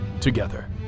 together